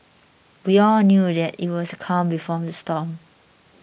we all knew that it was the calm before the storm